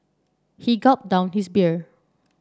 he gulped down his beer